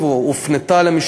מִכבסה.